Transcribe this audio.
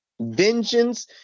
vengeance